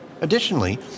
Additionally